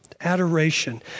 adoration